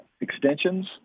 extensions